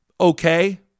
okay